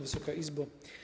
Wysoka Izbo!